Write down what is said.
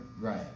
Right